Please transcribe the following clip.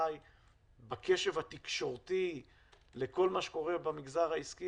בקשב התקשורתי לכל מה שקורה במגזר העסקי,